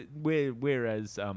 whereas